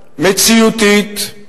מציאותית,